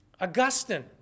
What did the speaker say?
Augustine